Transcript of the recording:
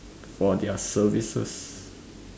for their services